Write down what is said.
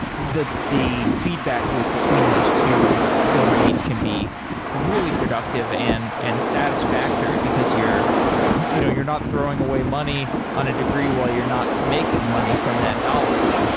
the the feedback loop between those two domains can be really productive and and satisfactory, because you're you know you're not throwing away money on a degree while you're not making money from that knowledge,